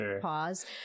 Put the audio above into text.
pause